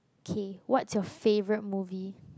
K what's your favourite movie